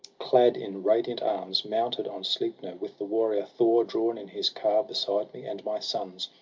clad in radiant arms, mounted on sleipner, with the warrior thor drawn in his car beside me, and my sons,